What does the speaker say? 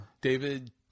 David